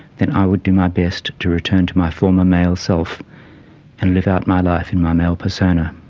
then i would do my best to return to my former male self and live out my life in my male persona.